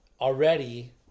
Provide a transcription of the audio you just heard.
already